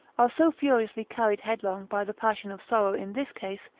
are so furiously carried headlong by the passion of sorrow in this case,